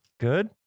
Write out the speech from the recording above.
Good